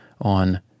on